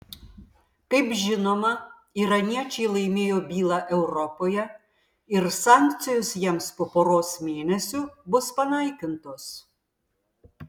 kaip žinoma iraniečiai laimėjo bylą europoje ir sankcijos jiems po poros mėnesių bus panaikintos